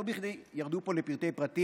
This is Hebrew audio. לא בכדי ירדו פה לפרטי-פרטים,